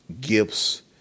gifts